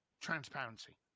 transparency